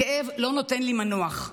הכאב לא נותן לי מנוח.